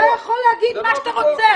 אתה יכול להגיד מה שאתה רוצה,